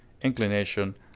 Inclination